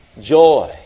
joy